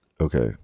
okay